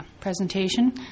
presentation